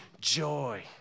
joy